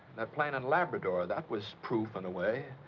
that plane in labrador, that was proof in a way.